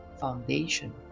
foundation